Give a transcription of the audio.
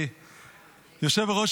היושב-ראש,